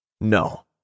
No